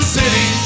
City